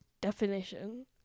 definition